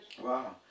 Wow